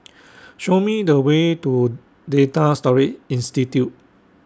Show Me The Way to Data Storage Institute